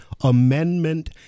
amendment